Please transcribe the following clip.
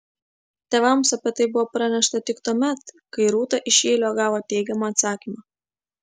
tėvams apie tai buvo pranešta tik tuomet kai rūta iš jeilio gavo teigiamą atsakymą